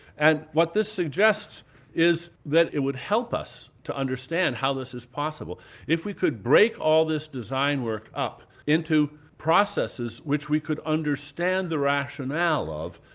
and what this suggests is that it would help us to understand how this is possible if we could break all this design work up into processes which we could understand the rationale of,